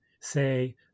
say